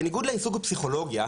בניגוד לעיסוק בפסיכולוגיה,